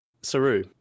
Saru